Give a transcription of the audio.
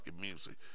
music